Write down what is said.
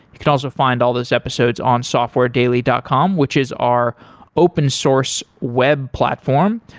you can also find all this episodes on softwaredaily dot com, which is our open source web platform.